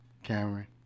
Cameron